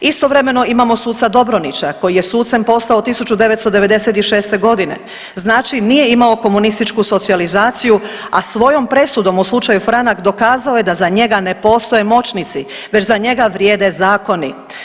Istovremeno imamo suca Dobronića koji je sucem postao 1996.g., znači nije imao komunističku socijalizaciju, a svojom presudom u slučaju Franak dokazao je da za njega ne postoje moćnici već za njega vrijede zakoni.